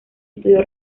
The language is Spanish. estudió